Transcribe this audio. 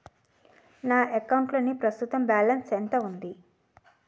నా అకౌంట్ లోని ప్రస్తుతం బాలన్స్ ఎంత ఉంది?